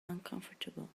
uncomfortable